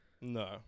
No